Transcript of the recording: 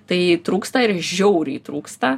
tai trūksta ir žiauriai trūksta